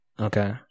Okay